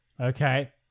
Okay